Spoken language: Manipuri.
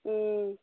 ꯎꯝ